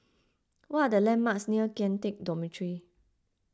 what are the landmarks near Kian Teck Dormitory